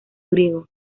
griego